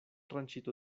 ranchito